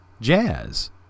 jazz